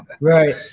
Right